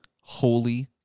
Holy